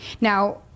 Now